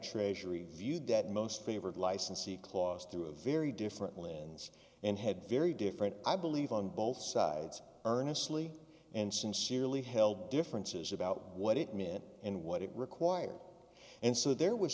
treasury viewed that most favored licensee clause to a very different lands and had very different i believe on both sides earnestly and sincerely held differences about what it meant and what it required and so there was